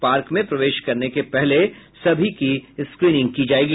park में प्रवेश करने के पहले स्क्रीनिंग की जायेगी